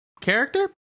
character